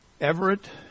Everett